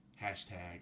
hashtag